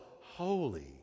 holy